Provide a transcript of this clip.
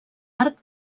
arc